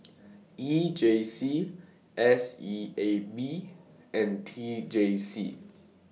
E J C S E A B and T J C